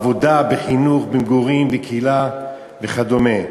בעבודה, בחינוך, במגורים, בקהילה וכדומה.